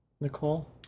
Nicole